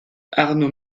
arnaud